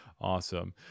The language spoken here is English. Awesome